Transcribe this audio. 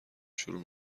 شروع